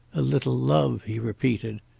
a little love, he repeated.